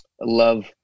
love